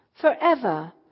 forever